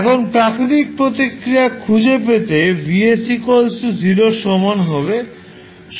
এখন প্রাকৃতিক প্রতিক্রিয়া খুঁজে পেতে Vs 0 এর সমান হবে